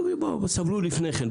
סבלו לפני כן.